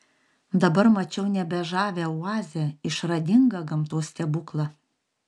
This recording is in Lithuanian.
dabar mačiau nebe žavią oazę išradingą gamtos stebuklą